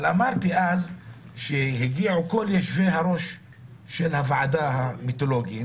הגיעו כל יושבי-הראש המיתולוגיים